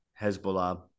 Hezbollah